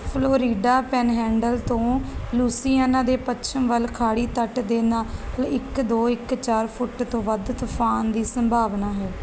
Florida panhandle ਤੋਂ Louisiana ਦੇ ਪੱਛਮ ਵੱਲ ਖਾੜੀ ਤੱਟ ਦੇ ਨਾਲ ਇੱਕ ਦੋ ਇੱਕ ਚਾਰ ਫੁੱਟ ਤੋਂ ਵੱਧ ਤੂਫਾਨ ਦੀ ਸੰਭਾਵਨਾ ਹੈ